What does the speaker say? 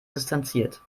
distanziert